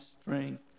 strength